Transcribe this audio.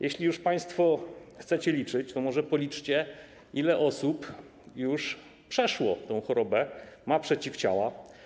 Jeśli już państwo chcecie liczyć, to może policzcie, ile osób już przeszło tę chorobę, ma przeciwciała.